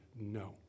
no